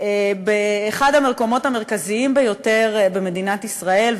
באחד המקומות המרכזיים ביותר במדינת ישראל,